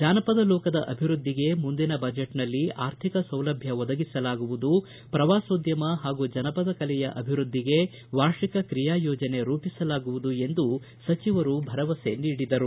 ಜಾನಪದ ಲೋಕದ ಅಭಿವೃದ್ಧಿಗೆ ಮುಂದಿನ ಬಜೆಟ್ನಲ್ಲಿ ಆರ್ಥಿಕ ಸೌಲಭ್ಯ ಒದಗಿಸಲಾಗುವುದು ಪ್ರವಾಸೋದ್ಯಮ ಹಾಗೂ ಜನಪದ ಕಲೆಯ ಅಭಿವೃದ್ಧಿಗೆ ವಾರ್ಷಿಕ ಕ್ರಿಯಾ ಯೋಜನೆ ರೂಪಿಸಲಾಗುವುದು ಎಂದು ಸಚಿವರು ಭರವಸೆ ನೀಡಿದರು